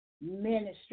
ministry